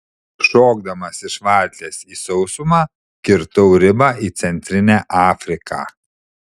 šokdamas iš valties į sausumą kirtau ribą į centrinę afriką